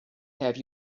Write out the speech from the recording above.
have